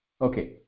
Okay